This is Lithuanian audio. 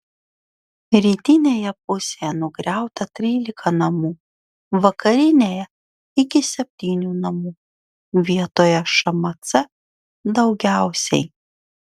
rytinėje pusėje nugriauta trylika namų vakarinėje iki septynių namų vietoje šmc daugiausiai